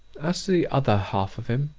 as to the other half of him,